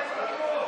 גברתי?